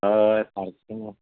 हय सारकें